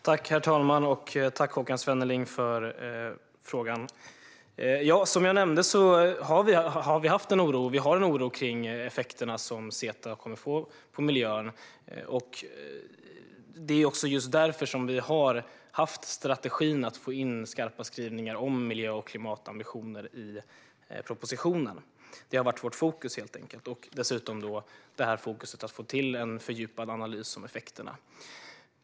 Herr talman! Tack, Håkan Svenneling, för frågan! Som jag nämnde har vi haft och har en oro över de effekter som CETA kommer att få på miljön. Det är just därför som vi haft strategin att få in skarpa skrivningar om miljö och klimatambitioner i propositionen. Detta har helt enkelt varit vårt fokus liksom att få till en fördjupad analys av effekterna.